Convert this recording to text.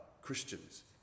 Christians